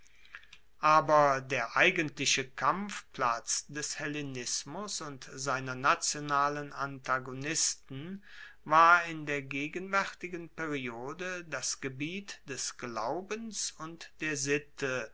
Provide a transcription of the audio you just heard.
aber der eigentliche kampfplatz des hellenismus und seiner nationalen antagonisten war in der gegenwaertigen periode das gebiet des glaubens und der sitte